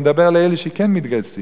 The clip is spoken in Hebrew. הוא מדבר על אלו שכן מתגייסים,